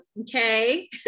okay